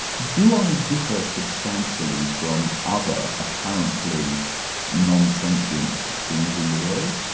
do i differ substantially from other apparently nonsentient things in the world?